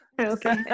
Okay